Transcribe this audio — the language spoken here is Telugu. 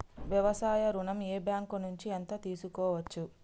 వ్యవసాయ ఋణం ఏ బ్యాంక్ నుంచి ఎంత తీసుకోవచ్చు?